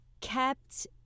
kept